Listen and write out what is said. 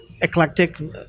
eclectic